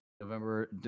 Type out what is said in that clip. November